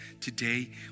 today